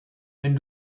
wenn